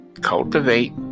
Cultivate